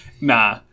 nah